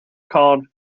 called